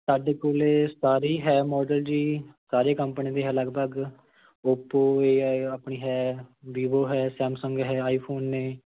ਸਾਡੇ ਕੋਲ ਸਾਰੇ ਈ ਹੈ ਮੋਡਲ ਜੀ ਸਾਰੇ ਕੰਪਨੀ ਦੇ ਹੈ ਲਗਭਗ ਓਪੋ ਏ ਆਏ ਆਪਣੀ ਹੈ ਵੀਵੋ ਹੈ ਸੈਮਸੰਗ ਹੈ ਆਈ ਫੋਨ ਨੇ